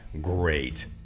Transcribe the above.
Great